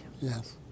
Yes